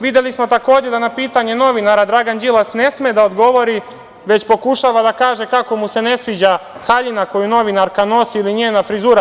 Videli smo takođe da na pitanje novinara Dragan Đilas ne sme da odgovori, već pokušava da kaže kako mu se ne sviđa haljina koju novinarka nosi ili njena frizura.